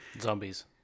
Zombies